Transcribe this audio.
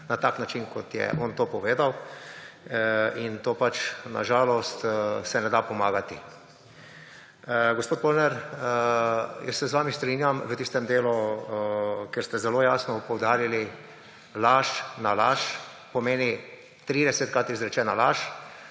na tak način, kot je on to povedal. In to pač na žalost se ne da pomagati. Gospod Polnar, jaz se z vami strinjam v tistem delu, kjer ste zelo jasno poudarili – laž na laž pomeni, tridesetkrat izrečena laž